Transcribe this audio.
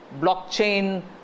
blockchain